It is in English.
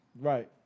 right